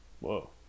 Whoa